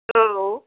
औ